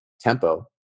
tempo